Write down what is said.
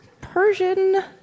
Persian